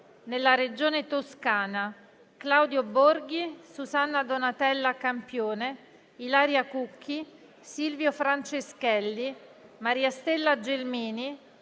nella Regione Toscana: Claudio Borghi, Susanna Donatella Campione, Ilaria Cucchi, Silvio Franceschelli, Mariastella Gelmini,